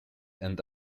and